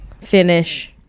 finish